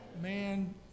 Man